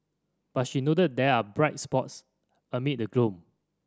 but she noted there are bright spots amid the gloom